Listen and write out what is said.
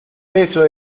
eso